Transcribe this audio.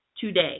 today